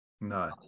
No